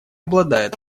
обладает